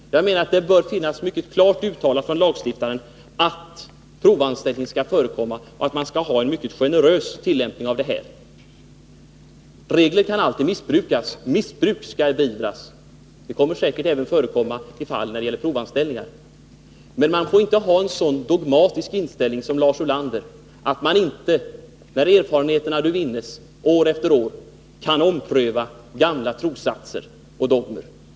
Jag anser att det bör finnas mycket klart uttalat från lagstiftaren att provanställning skall få förekomma och att tillämpningen av lagen skall vara mycket generös. Regler kan alltid missbrukas. Och missbruk kommer säkert att förekomma när det gäller provanställningar, men missbruk skall beivras. Man får inte ha en så dogmatisk inställning som Lars Ulander har, så att man inte — när erfarenheterna år efter år talar för det — kan ompröva gamla trossatser och dogmer.